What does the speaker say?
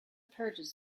purges